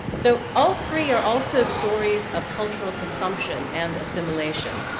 so all three are also stories of cultural consumption and assimilation.